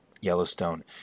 Yellowstone